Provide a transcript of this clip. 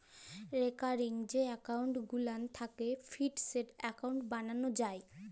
recurring যে account গুলান থ্যাকে ফিকসেড এক্কাউল্ট বালালো যায়